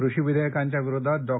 कृषी विधेयकांच्या विरोधात डॉ